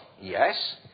Yes